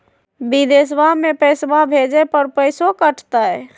बिदेशवा मे पैसवा भेजे पर पैसों कट तय?